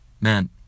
man